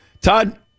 Todd